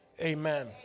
amen